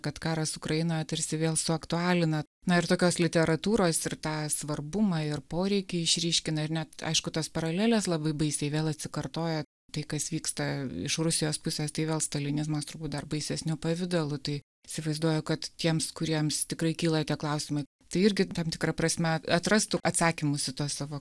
kad karas ukrainoje tarsi vėl suaktualina na ir tokios literatūros ir tą svarbumą ir poreikį išryškina ir net aišku tos paralelės labai baisiai vėl atsikartoja tai kas vyksta iš rusijos pusės tai vėl stalinizmas turbūt dar baisesniu pavidalu tai įsivaizduoju kad tiems kuriems tikrai kyla klausimai tai irgi tam tikra prasme atrastų atsakymus į tuos savo